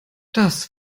das